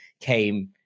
came